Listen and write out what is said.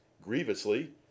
grievously